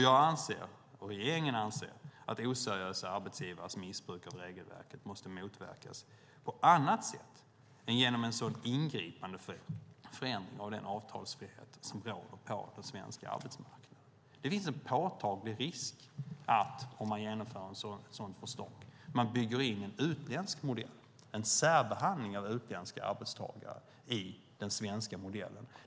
Jag anser, och regeringen anser, att oseriösa arbetsgivares missbruk av regelverket måste motverkas på annat sätt än genom en sådan ingripande förändring av den avtalsfrihet som råder på den svenska arbetsmarknaden. Det finns en påtaglig risk att om man genomför ett sådant förslag att man bygger in en utländsk modell, det vill säga en särbehandling av utländska arbetstagare i den svenska modellen.